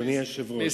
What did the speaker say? אדוני היושב-ראש,